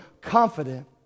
confident